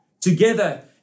together